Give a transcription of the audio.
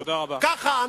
ככה,